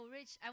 Rich